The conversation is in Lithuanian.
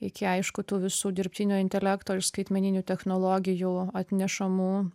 iki aišku tų visų dirbtinio intelekto ir skaitmeninių technologijų atnešamų